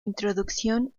introducción